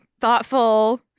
thoughtful